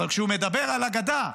אבל כשהוא מדבר על הגדה,